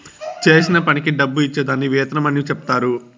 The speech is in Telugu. చేసిన పనికి డబ్బు ఇచ్చే దాన్ని వేతనం అని చెప్తారు